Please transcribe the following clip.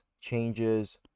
changes